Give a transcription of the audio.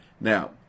Now